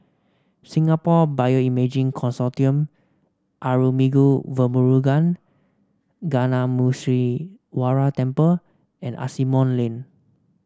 Singapore Bioimaging Consortium Arulmigu Velmurugan Gnanamuneeswarar Temple and Asimont Lane